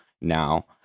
now